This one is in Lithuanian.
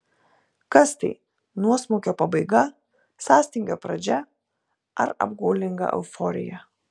kas tai nuosmukio pabaiga sąstingio pradžia ar apgaulinga euforija